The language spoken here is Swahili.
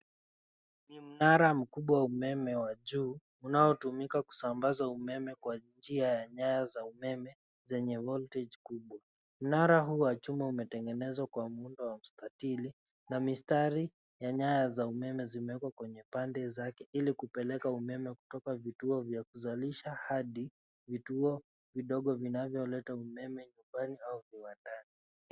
Ni mnara mkubwa wa umeme wa juu, unaoutumika kusambaza umeme kwa njia ya nyaya za umeme zenye voltage kubwa. Mnara huu wa chuma umetengenezwa kwa muundo wa mstatili, na mistari ya nyaya za umeme zimewekwa kwenye pande zake, ili kupeleka umeme kutoka vituo vya kuzalisha hadi vituo vidogo vinavyoleta umeme nyumbani au viwandani.